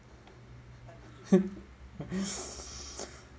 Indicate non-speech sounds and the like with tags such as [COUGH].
[LAUGHS] [BREATH]